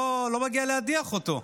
לא מגיע להדיח אותו.